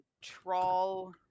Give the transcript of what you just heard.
trawl